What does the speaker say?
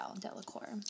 Delacour